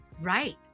Right